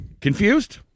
Confused